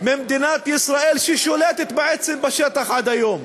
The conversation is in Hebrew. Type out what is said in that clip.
ממדינת ישראל ששולטת בעצם בשטח עד היום.